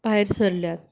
भायर सरल्यात